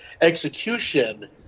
execution